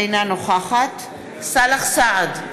אינה נוכחת סאלח סעד,